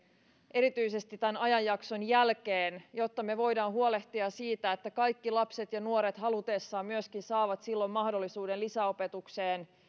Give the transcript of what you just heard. erityisesti tämän ajanjakson jälkeen jotta me voimme huolehtia siitä että kaikki lapset ja nuoret halutessaan myöskin saavat silloin mahdollisuuden lisäopetukseen